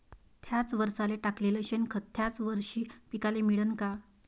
थ्याच वरसाले टाकलेलं शेनखत थ्याच वरशी पिकाले मिळन का?